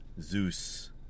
Zeus